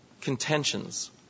contentions